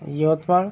Yavatmal